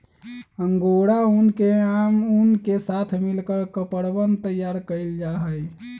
angora ऊन के आम ऊन के साथ मिलकर कपड़वन तैयार कइल जाहई